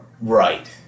Right